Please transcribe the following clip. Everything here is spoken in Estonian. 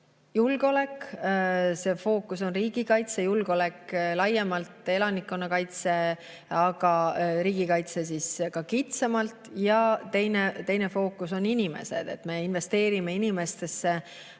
julgeolek. See fookus on riigikaitse, julgeolek laiemalt, elanikkonnakaitse, aga riigikaitse ka kitsamalt. Ja teine fookus on inimesed. Me investeerime inimestesse